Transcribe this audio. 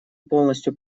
полностью